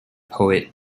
poet